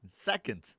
Second